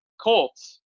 Colts